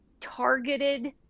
targeted